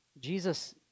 Jesus